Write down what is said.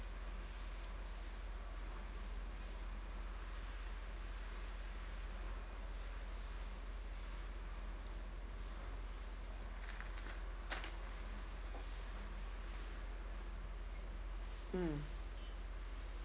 mm